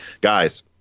Guys